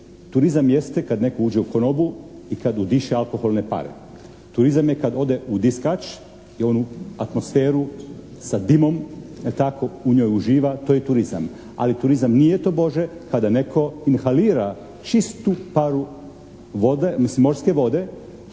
turizam jeste kad netko uđe u konobu i kad udiše alkoholne pare. Turizam je kad ode u diskač i onu atmosferu sa dimom, tako u njoj uživa, to je turizam. Ali turizam nije tobože kada netko inhalira čistu paru vode,